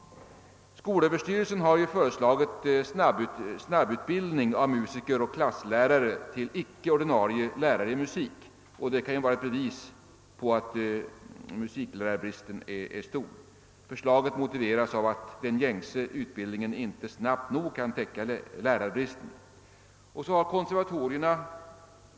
Skolöverstyrelsen har ju föreslagit snabbutbildning av musiker och klasslärare till icke ordinarie lärare i musik, och detta kan ju vara ett bevis på att musiklärarbristen är stor. Förslaget motiveras av att den gängse utbildningen inte snabbt nog kan täcka det behov som uppstår genom lärarbristen.